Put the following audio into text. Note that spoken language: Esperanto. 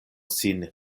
sin